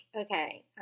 okay